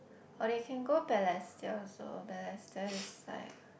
or they can go Balestier also Balestier is like